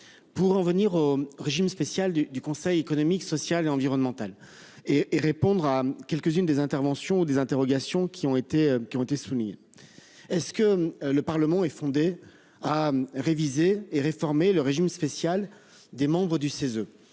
pour en venir au régime spécial du, du Conseil économique, social et environnemental et et répondre à quelques-unes des interventions des interrogations qui ont été qui ont été soumis. Est-ce que le Parlement est fondé à réviser et réformer le régime spécial des membres du CESE.